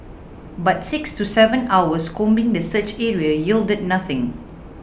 but six to seven hours combing the search area yielded nothing